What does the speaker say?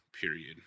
period